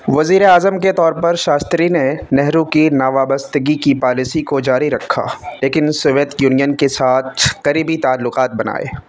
وزیر اعظم کے طور پر شاستری نے نہرو کی ناوابستگی کی پالیسی کو جاری رکھا لیکن سوویت یونین کے ساتھ قریبی تعلقات بنائے